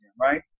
right